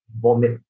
vomit